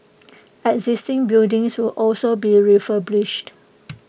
existing buildings will also be refurbished